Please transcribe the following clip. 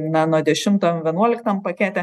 na nuo dešimtam vienuoliktam pakete